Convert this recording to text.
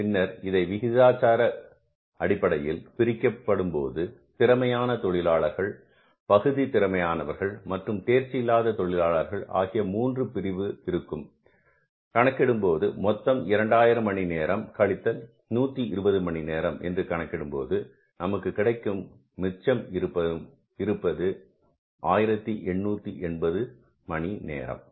பின்னர் இதை விகிதாச்சார அடிப்படையில் பிரிக்கப்படும்போது திறமையான தொழிலாளர்கள் பகுதி திறமையானவர்கள் மற்றும் தேர்ச்சி இல்லாத தொழிலாளர்கள் ஆகிய மூன்று பிரிவு இருக்கும் கணக்கிடும்போது மொத்தம் 2000 மணி நேரம் கழித்தல் 120 மணி நேரம் என்று கணக்கிடும்போது நமக்கு கிடைப்பது மிச்சம் இருக்கும் 1880 மணி நேரம்